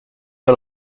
pas